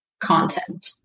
content